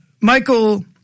Michael